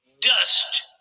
dust